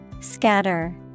scatter